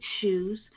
shoes